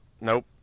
Nope